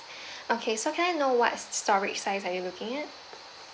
okay so can I know what storage size are you looking at